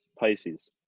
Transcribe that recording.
Pisces